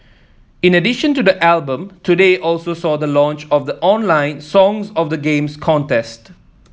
in addition to the album today also saw the launch of the online Songs of the Games contest